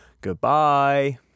Goodbye